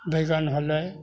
बैगन होलै